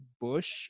Bush